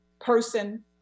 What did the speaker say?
person